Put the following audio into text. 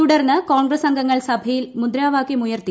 തുടർന്ന് കോൺഗ്രസ് അംഗങ്ങൾ സഭയിൽ മുദ്രാവാകൃമുയർത്തി